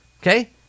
Okay